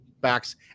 backs